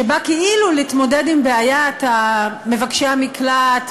שבא כאילו להתמודד עם בעיית מבקשי המקלט,